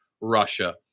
Russia